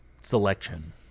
selection